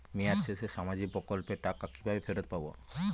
মেয়াদ শেষে সামাজিক প্রকল্পের টাকা কিভাবে ফেরত পাবো?